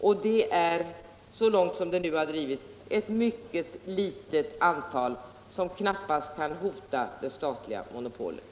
Och det är, så långt som nedläggningen nu har drivits, ett mycket litet antal, som knappast kan hota det statliga monopolet.